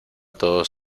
todos